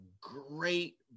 great